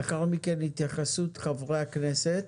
לאחר מכן התייחסות חברי הכנסת.